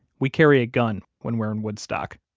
we carry a gun when we're in woodstock.